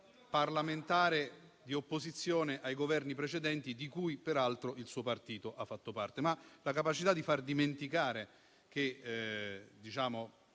parlamentare di opposizione ai Governi precedenti, di cui peraltro il suo partito ha fatto parte. Ma la capacità di far dimenticare che la